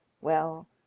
Well